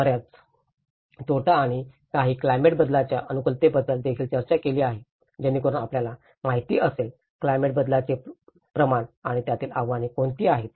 बर्याच तोटा आणि आम्ही क्लायमेट बदलांच्या अनुकूलतेबद्दल देखील चर्चा केली आहे जेणेकरून आपल्याला माहिती असेल क्लायमेट बदलाचे प्रमाण आणि त्यातील आव्हाने कोणती आहेत